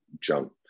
jump